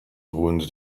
wounded